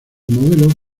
modelo